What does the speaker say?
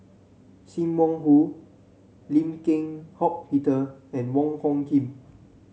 Sim Wong Hoo Lim Eng Hock Peter and Wong Hung Khim